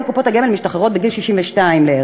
היום קופות הגמל משתחררות בגיל 62 בערך,